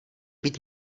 být